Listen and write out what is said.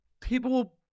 people